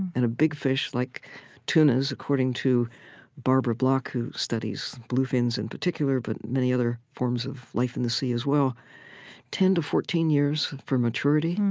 and a big fish, like tunas, according to barbara block, who studies bluefins in particular, but many other forms of life in the sea as well ten to fourteen years for maturity.